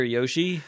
Yoshi